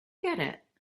get